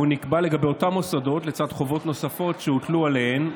והוא נקבע לגבי אותם מוסדות לצד חובות נוספות שהוטלו עליהם,